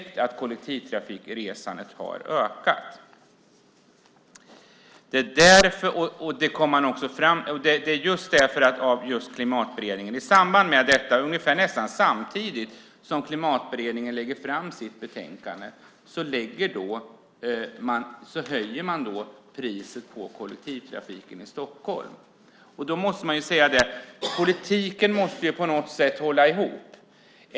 Kollektivtrafikresandet har ökat. Nästan samtidigt som Klimatberedningen lägger fram sitt betänkande höjer man priset på kollektivtrafiken i Stockholm. Politiken måste på något sätt hålla ihop.